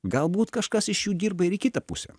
galbūt kažkas iš jų dirba ir į kitą pusę